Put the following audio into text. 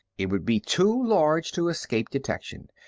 it would be too large to escape detection.